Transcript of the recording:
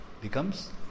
becomes